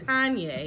Kanye